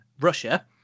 Russia